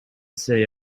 say